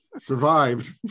survived